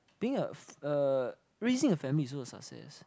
being a a raising a family is also a success